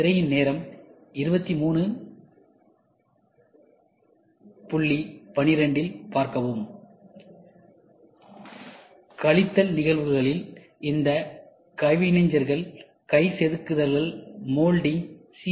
திரையின் நேரம் 23127 இல் பார்க்கவும் கழித்தல் நிகழ்வுகளில் இந்த கைவினைஞர் கை செதுக்குதல் மோல்டிங் சி